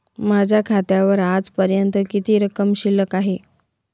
माझ्या खात्यावर आजपर्यंत किती रक्कम शिल्लक आहे?